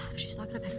she's not going to